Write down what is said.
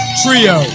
trio